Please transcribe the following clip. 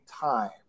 time